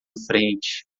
frente